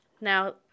Now